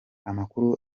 amakuru